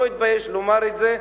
לא התבייש לומר את זה,